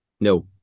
No